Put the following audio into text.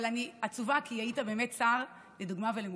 אבל אני עצובה כי היית באמת שר לדוגמה ולמופת.